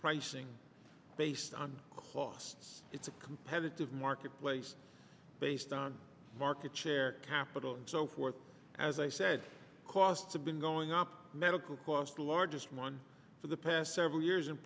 pricing based on costs it's a competitive marketplace based on market share capital and so forth as i said costs have been going up medical costs the largest one for the past several years and